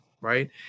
right